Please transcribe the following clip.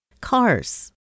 cars